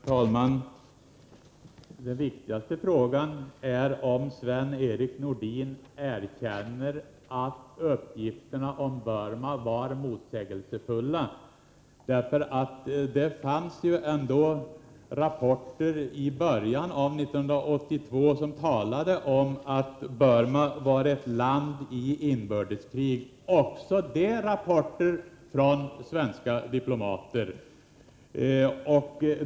Herr talman! Den viktigaste frågan är om Sven-Erik Nordin erkänner att uppgifterna om Burma var motsägelsefulla. Det kom ju rapporter i början av 1982 som talade om att Burma var ett land i inbördeskrig — också det var rapporter från svenska diplomater.